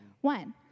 One